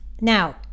Now